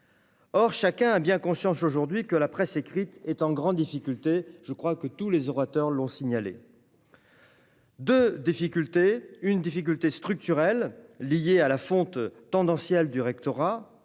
Or chacun a bien conscience aujourd'hui que la presse écrite est en grande difficulté- tous les orateurs l'ont signalé. Je veux parler des difficultés structurelles liées à la fonte tendancielle du lectorat,